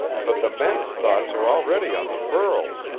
but the men's thoughts are already on the pearls.